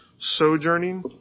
sojourning